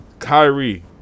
Kyrie